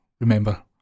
remember